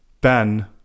Ben